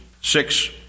six